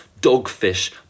Dogfish